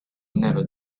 never